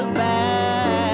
back